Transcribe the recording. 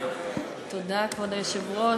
כבוד היושב-ראש,